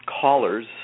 callers